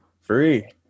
Free